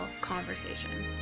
conversation